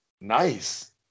Nice